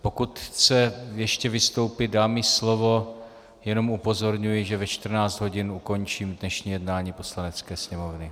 Pokud chce ještě vystoupit, dám jí slovo, jenom upozorňuji, že ve 14 hodin ukončím dnešní jednání Poslanecké sněmovny.